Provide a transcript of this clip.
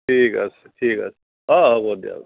ঠিক আছে ঠিক আছে অঁ হ'ব দিয়ক